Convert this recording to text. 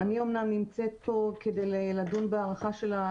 אנחנו בהחלט ערים לדבר ומטפלים כדי שזה לא יקרה שוב.